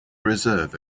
reserve